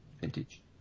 vintage